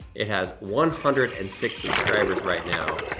it has one hundred and six subscribers right now.